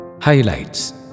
Highlights